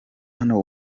hano